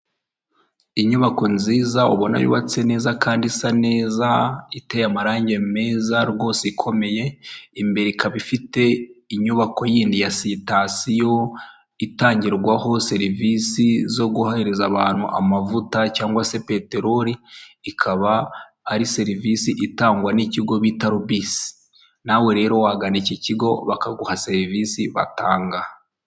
Abagore benshi n'abagabo benshi bicaye ku ntebe bari mu nama batumbiriye imbere yabo bafite amazi yo kunywa ndetse n'ibindi bintu byo kunywa imbere yabo hari amamashini ndetse hari n'indangururamajwi zibafasha kumvikana.